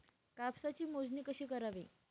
कापसाची मोजणी कशी करावी?